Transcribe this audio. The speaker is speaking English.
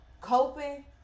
coping